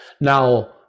now